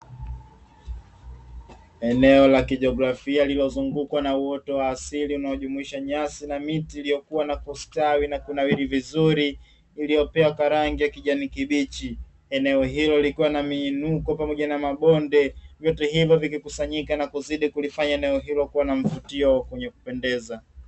Eneo la kijiografia lililozungukwa na uoto wa asili unaojumuisha nyasi na miti iliyokuwa na kustawi na kunawiri vizuri iliopea kwa rangi ya kijani kibichi. Eneo hilo likiwa na miinuko pamoja na mabonde, vyote hivyo vikikusanyika na kuzidi kulifanya eneo hilo kuwa na mvutio wenye kupendeza.